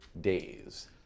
days